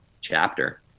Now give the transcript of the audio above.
chapter